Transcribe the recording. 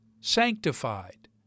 sanctified